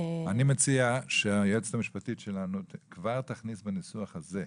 אני מציע שהיועצת המשפטית שלנו כבר תכניס בניסוח הזה.